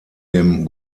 dem